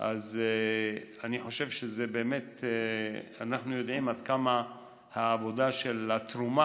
אני חושב שאנחנו יודעים עד כמה חשובה עבודת התרומה